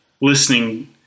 listening